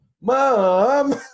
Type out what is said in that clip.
Mom